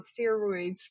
steroids